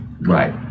Right